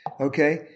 Okay